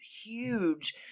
huge